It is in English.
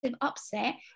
upset